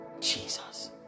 Jesus